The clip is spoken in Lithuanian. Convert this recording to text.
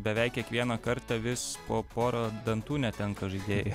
beveik kiekvieną kartą vis po porą dantų netenka žaidėjai